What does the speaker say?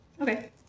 Okay